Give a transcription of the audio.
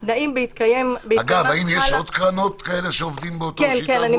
אגב, האם יש עוד קרנות שעובדות באותה שיטה?